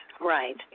Right